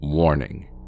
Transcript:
Warning